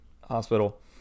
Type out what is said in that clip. Hospital